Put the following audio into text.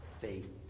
faith